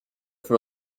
for